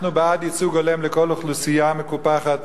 אנחנו בעד ייצוג הולם לכל אוכלוסייה מקופחת,